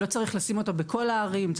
לא צריך לשים את הפתרון הזה בכל הערים אלא